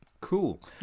Cool